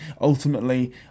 ultimately